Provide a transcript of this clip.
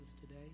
today